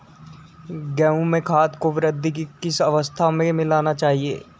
गेहूँ में खाद को वृद्धि की किस अवस्था में मिलाना चाहिए?